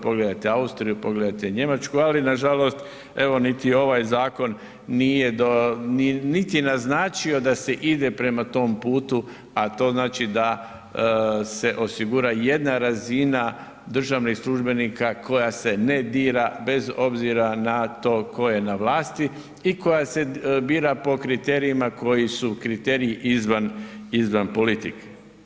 Pogledajte Austriju, pogledajte Njemačku, ali nažalost niti ovaj zakon nije do, niti naznačio da se ide prema tom putu, a to znači da se osigura jedna razina državnih službenika koja se dira, bez obzira na to tko je na vlasti i koja se bira po kriterijima koji su kriteriji izvan, izvan politike.